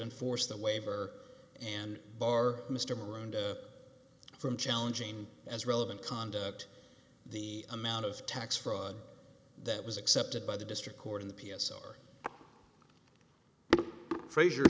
enforce the waiver and bar mr miranda from challenging as relevant conduct the amount of tax fraud that was accepted by the district court in the p s r frazier